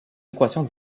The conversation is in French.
équations